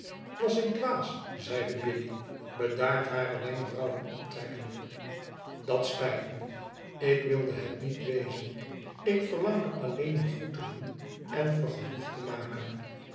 was ik dwaas zeide biddy bedaard hare wenkbrauwen optrekkende dat spijt me ik wilde het niet wezen ik verlang alleen je goed te doen en vergenoegd te maken